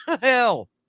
Hell